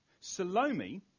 salome